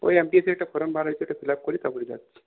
ওই এমটিএসের একটা ফর্ম বার হয়েছে ওইটা ফিলাপ করি তারপরে যাচ্ছি